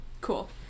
Cool